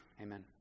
amen